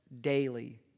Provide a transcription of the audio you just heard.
daily